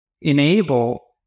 enable